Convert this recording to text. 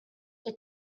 the